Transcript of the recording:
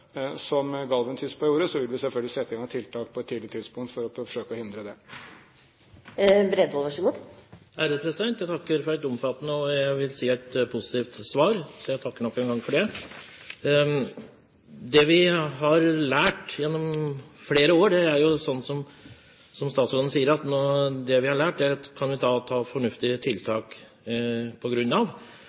som Galven-tispa gjorde, vil vi selvfølgelig sette i gang tiltak på et tidlig tidspunkt for å forsøke å hindre det. Jeg takker for et omfattende og – jeg vil si – et positivt svar. Jeg takker nok en gang for det. Det vi har lært gjennom flere år, er, som statsråden sier, at vi på grunn av det kan treffe fornuftige tiltak. Da